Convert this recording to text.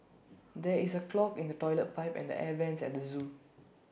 there is A clog in the Toilet Pipe and the air Vents at the Zoo